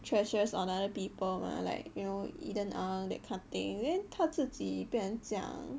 trashes on other people mah like you know eden ang that kind of thing then 他自己变成这样